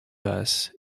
bus